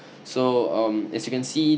so um as you can see